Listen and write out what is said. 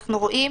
ואנחנו רואים